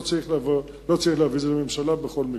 לא צריך להביא את זה לממשלה בכל מקרה.